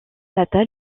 natale